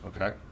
okay